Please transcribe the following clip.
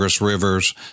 rivers